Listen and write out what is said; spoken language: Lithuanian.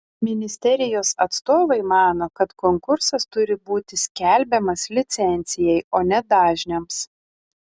ministerijos atstovai mano kad konkursas turi būti skelbiamas licencijai o ne dažniams